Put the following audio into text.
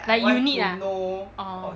like you need ah orh